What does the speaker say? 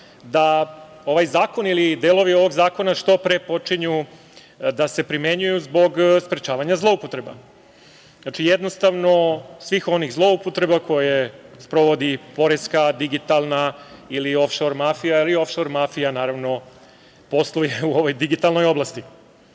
da ovaj zakon ili delovi ovog zakona što pre počinju da se primenjuju zbog sprečavanja zloupotreba, svih onih zloupotreba koje sprovodi poreska, digitalna ili ofšor mafija, jer i ofšor mafija posluje u ovoj digitalnoj oblasti. Znači,